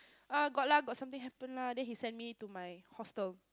uh got lah got something happen lah then he send me to my hostel